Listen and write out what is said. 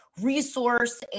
resource